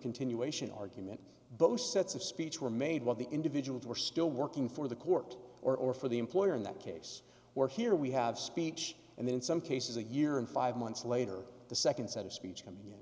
continuation argument both sets of speech were made while the individuals were still working for the court or for the employer in that case where here we have speech and then some cases a year and five months later the second set of speech coming in